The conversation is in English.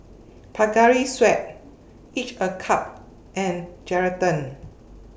Pocari Sweat Each A Cup and Geraldton